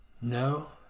No